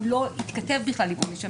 הוא לא יתכתב בכלל עם עונש המינימום.